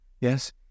yes